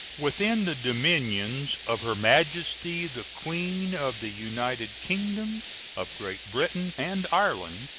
within the dominions of her majesty the queen of the united kingdom of great britain and ireland,